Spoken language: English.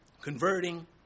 converting